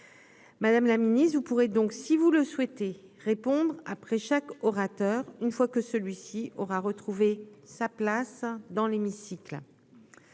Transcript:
madame la Ministre, vous pourrez donc, si vous le souhaitez répondre après chaque orateur, une fois que celui-ci aura retrouvé sa place dans l'hémicycle,